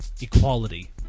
equality